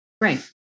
Right